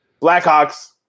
Blackhawks